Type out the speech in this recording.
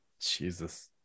Jesus